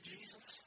Jesus